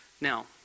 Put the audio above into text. Now